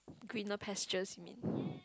greener pastures you mean